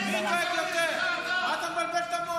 אה, עטאונה, מי דואג לחטופים יותר, אתה או נתניהו?